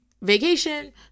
vacation